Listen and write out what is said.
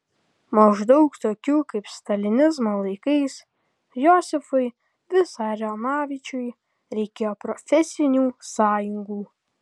maždaug tokių kaip stalinizmo laikais josifui visarionovičiui reikėjo profesinių sąjungų